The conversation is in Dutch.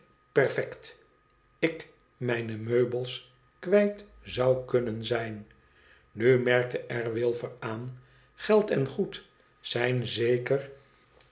perfect ik mijne meubels kwijt zou kunnen zijn nu merkte r wilfer aan i geld en goed zijn zeker